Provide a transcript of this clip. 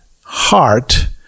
heart